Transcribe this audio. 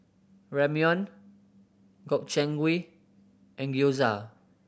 Ramyeon Gobchang Gui and Gyoza